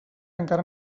encara